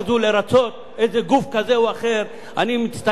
אני מצטער על כך שמזכירות הממשלה שיתפה פעולה בקטע הזה,